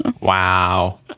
Wow